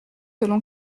selon